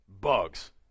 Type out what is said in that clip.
bugs